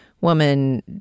woman